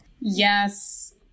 Yes